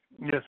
Yes